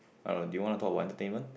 uh do you want to talk about entertainment